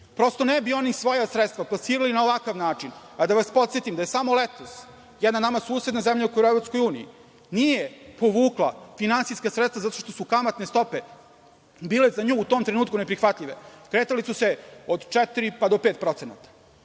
Prosto, ne bi oni svoja sredstva plasirali na ovakav način, a da vas podsetim da je samo letos, jedna nama susedna zemlja u EU nije povukla finansijska sredstva zato što su kamatne stope bile za nju u tom trenutku neprihvatljive. Kretale su se od 4% pa do 5%. Znači,